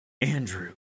Andrew